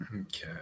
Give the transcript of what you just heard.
Okay